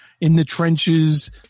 in-the-trenches